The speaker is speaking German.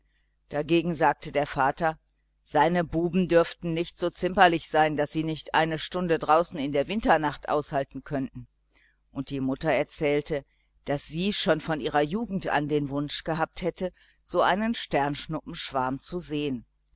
dagegen sagte der vater seine buben dürften nicht so zimperlich sein daß sie nicht eine stunde draußen in der winternacht aushalten könnten und die mutter erzählte daß sie schon von ihrer jugend an den wunsch gehabt hätte so einen sternschnuppenschwarm zu sehen